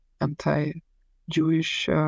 anti-Jewish